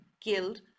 killed